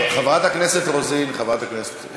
חברת הכנסת רוזין, חברת הכנסת קארין, בבקשה.